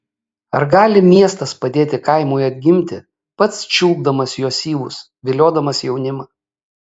ar gali miestas padėti kaimui atgimti pats čiulpdamas jo syvus viliodamas jaunimą